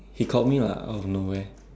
he called me lah out of nowhere